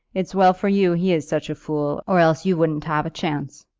it's well for you he is such a fool, or else you wouldn't have a chance.